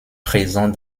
présent